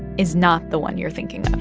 is not the one you're thinking